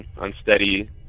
unsteady